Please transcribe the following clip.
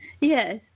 Yes